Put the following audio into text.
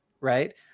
right